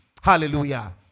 Hallelujah